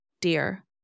dear